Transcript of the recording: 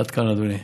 עד כאן, אדוני.